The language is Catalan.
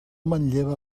manlleva